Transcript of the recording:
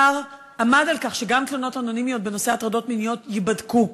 עמד על כך שגם תלונות אנונימיות בנושא הטרדות מיניות ייבדקו.